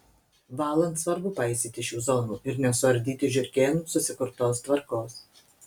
valant svarbu paisyti šių zonų ir nesuardyti žiurkėnų susikurtos tvarkos